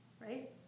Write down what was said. right